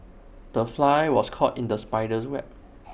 the fly was caught in the spider's web